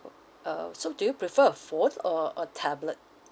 oh uh so do you prefer a phone or a tablet